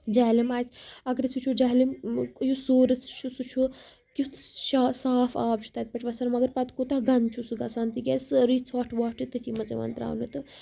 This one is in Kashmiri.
جہلِم آسہِ اَگر أسۍ وُچھو جہلِم یُس سورُس چھُ سُہ چھُ کیُتھ صاف آب چھُ تَتہِ پٮ۪ٹھ وَسان مَگر پَتہِ کوٗتاہ گندٕ چھُ سُہ گژھان تِکیازِ سٲرٕے ژوٚٹھ وۄٹھ چھُ تٔتھِۍ منٛز یِوان تراونہٕ تہٕ